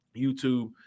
YouTube